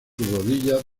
rodillas